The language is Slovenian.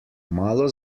malo